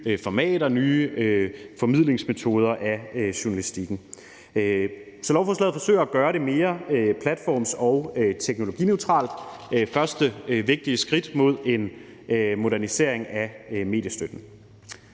formater, nye formidlingsmetoder af journalistikken. Så lovforslaget forsøger at gøre det mere platforms- og teknologineutralt og er første vigtige skridt i en modernisering af mediestøtten.